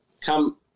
come